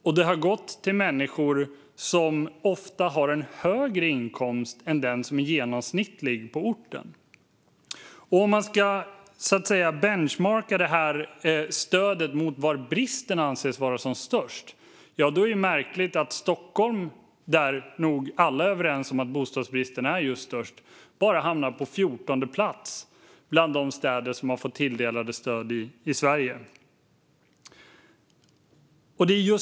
Och det har ofta gått till människor som har en högre inkomst än den genomsnittliga på orten. Om man ska, så att säga, benchmarka stödet mot var bristen anses vara som störst är det ju märkligt att Stockholm, där nog alla är överens om att bostadsbristen är störst, bara hamnar på 14:e plats bland de städer som har fått tilldelade stöd i Sverige.